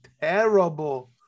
terrible